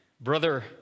Brother